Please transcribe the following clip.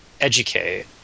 educate